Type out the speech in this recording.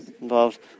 involved